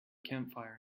campfire